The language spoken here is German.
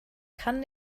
kann